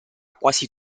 quasi